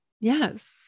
yes